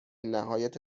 نهایت